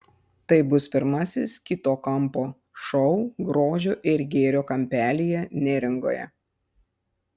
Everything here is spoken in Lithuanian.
tai bus pirmasis kito kampo šou grožio ir gėrio kampelyje neringoje